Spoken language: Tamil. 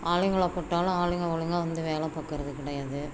ஆளுங்களை போட்டாலும் ஆளுங்கள் ஒழுங்கா வந்து வேலை பார்க்கறது கிடையாது